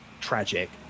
tragic